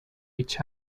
each